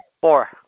Four